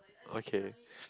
okay